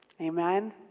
Amen